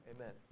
Amen